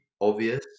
obvious